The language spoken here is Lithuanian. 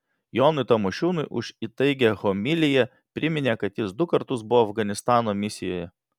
jonui tamošiūnui už įtaigią homiliją priminė kad jis du kartus buvo afganistano misijoje